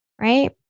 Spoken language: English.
right